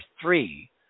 three